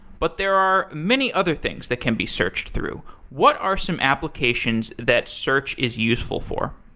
but there are many other things that can be searched through. what are some applications that search is useful for?